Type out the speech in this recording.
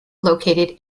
located